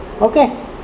Okay